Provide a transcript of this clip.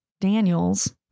Daniels